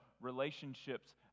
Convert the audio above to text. relationships